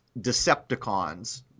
Decepticons